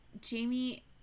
Jamie